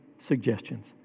suggestions